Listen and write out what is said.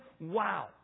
Wow